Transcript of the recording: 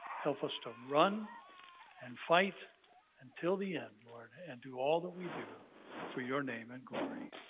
help us to run and fight until the end, lord, and do all that we do for your name and glory.